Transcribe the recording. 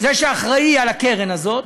זה שאחראי לקרן הזאת.